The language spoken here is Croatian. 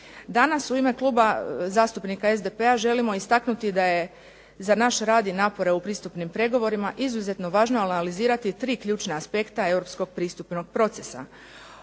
Danas, u ime kluba zastupnika SDP-a, želimo istaknuti da je za naš rad i napore u pristupnim pregovorima izuzetno važno analizirati 3 ključna aspekta europskog pristupnog procesa.